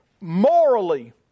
morally